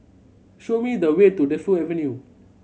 show me the way to Defu Avenue